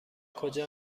کجا